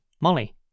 Molly